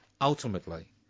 ultimately